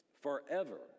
Forever